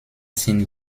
sind